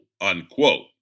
unquote